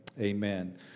amen